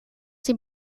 die